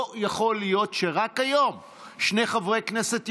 לא יכול להיות שרק היום שני חברי כנסת יאחרו,